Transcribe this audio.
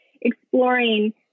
exploring